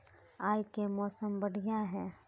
आय के मौसम बढ़िया है?